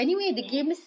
mm